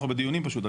אנחנו בדיונים פשוט.